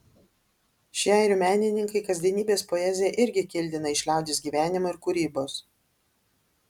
šie airių menininkai kasdienybės poeziją irgi kildina iš liaudies gyvenimo ir kūrybos